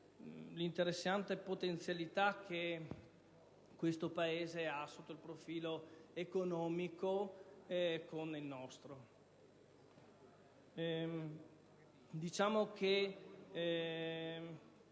l'interessante potenzialità che questo Paese ha sotto il profilo economico con il nostro.